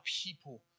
people